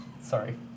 Sorry